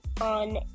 on